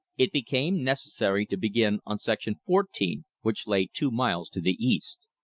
it became necessary to begin on section fourteen, which lay two miles to the east.